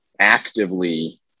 actively